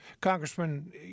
Congressman